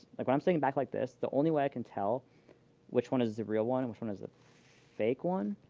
like when i'm seeing it back like this, the only way i can tell which one is the real one and which one is the fake one